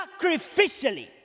sacrificially